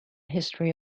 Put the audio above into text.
history